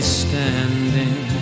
standing